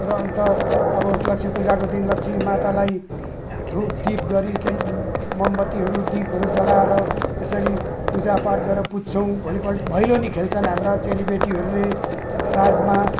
र अन्त अब लक्ष्मीपूजाको दिन लक्ष्मी मातालाई धुप दीप गरिकन मोमबत्तीहरू दीपहरू जलाएर यसरी पूजापाठ गरेर पुज्छौँ भोलिपल्ट भैलेनी खेल्छन् हाम्रा चेलीबेटीहरूले र साँझमा